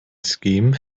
scheme